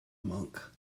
monk